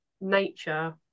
nature